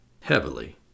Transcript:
Heavily